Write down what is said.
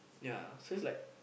ya so it's like